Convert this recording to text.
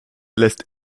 lässt